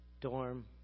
dorm